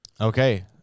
okay